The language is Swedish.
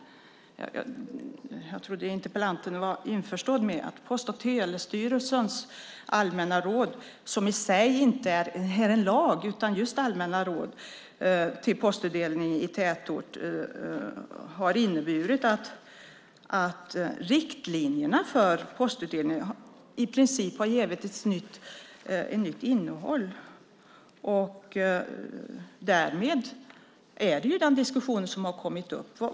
Jag trodde att interpellanten var införstådd med att Post och telestyrelsens allmänna råd, som i sig inte är en lag utan just allmänna råd, för postutdelning i tätort har inneburit att riktlinjerna för postutdelning i princip har givits nytt innehåll. Därmed har denna diskussion kommit upp.